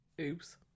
Oops